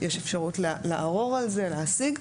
יש אפשרות לערער על זה ולהשיג.